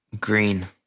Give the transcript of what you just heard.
Green